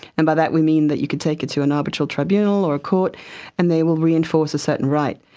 and by that we mean that you could take it to an arbitral tribunal or a court and they will reinforce a certain right.